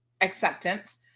acceptance